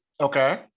Okay